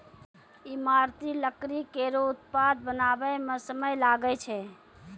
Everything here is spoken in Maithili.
ईमारती लकड़ी केरो उत्पाद बनावै म समय लागै छै